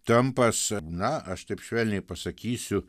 trampas na aš taip švelniai pasakysiu